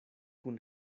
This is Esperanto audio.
kun